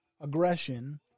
aggression